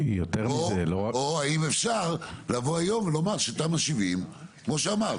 או אם אפשר לבוא היום ולומר שתמ"א 70 כמו שאמרת,